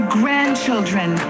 grandchildren